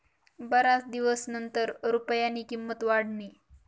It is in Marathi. बराच दिवसनंतर रुपयानी किंमत वाढनी